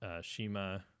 Shima